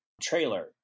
trailer